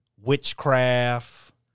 witchcraft